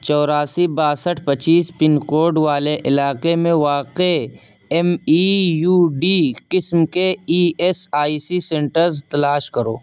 چوراسی باسٹھ پچیس پن کوڈ والے علاقے میں واقع ایم ای یو ڈی قسم کے E S I C centres تلاش کرو